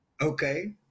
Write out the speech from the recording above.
Okay